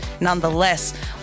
nonetheless